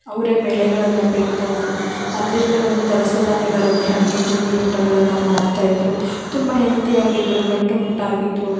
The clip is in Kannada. ಅವರೇ ಬೆಳೆಗಳನ್ನು ಬೆಳಿತಾಯಿದ್ದರು ಅದರಿಂದ ಬಂದ ಧವಸ ಧಾನ್ಯಗಳಲ್ಲಿ ಅಡುಗೆ ತಿಂಡಿ ಊಟಗಳನ್ನು ಮಾಡ್ತಾಯಿದ್ದರು ತುಂಬ ಹೆಲ್ದಿಯಾಗಿದ್ದರು ಗಟ್ಟಿ ಮುಟ್ಟಾಗಿದ್ದರು